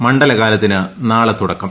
മണ്ഡലകാലത്തിന് നാളെ തുടക്കം